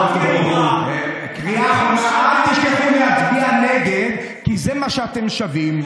אל תשכחו להצביע נגד כי זה מה שאתם שווים.